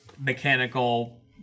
mechanical